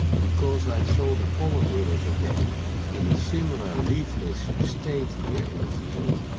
because i saw the pollard willows again in a similar leafless state here in the field,